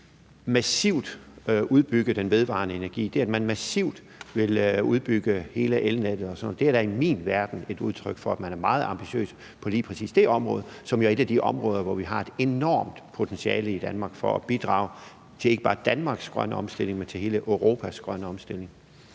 massivt vil udbygge den vedvarende energi, det, at man massivt vil udbygge hele elnettet og sådan noget, er da i min verden et udtryk for, at man er meget ambitiøs på lige præcis det område, som jo er et af de områder, hvor vi har et enormt potentiale i Danmark for at bidrage til ikke bare Danmarks grønne omstilling, men hele Europas grønne omstilling.